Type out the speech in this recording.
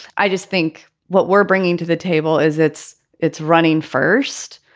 i just think what we're bringing to the table is it's it's running first.